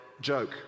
joke